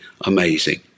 amazing